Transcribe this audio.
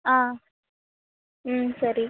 ஆ ம் சரி